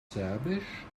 serbisch